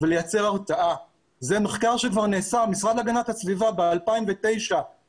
ולחנך את הציבור